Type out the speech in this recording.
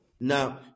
Now